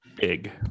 Big